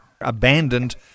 abandoned